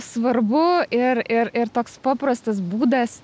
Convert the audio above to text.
svarbu ir ir ir toks paprastas būdas